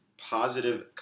positive